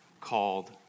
called